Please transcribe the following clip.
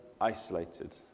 isolated